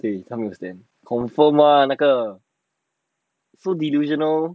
对他没有 stand confirm one 那个 so delusional